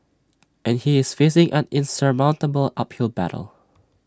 and he is facing an insurmountable uphill battle